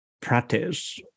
practice